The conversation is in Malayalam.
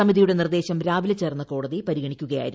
സമിതിയുടെ നിർദ്ദേശം രാവിലെ ചേർന്ന കോടതി പരിഗണിക്കുകയായിരുന്നു